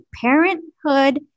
Parenthood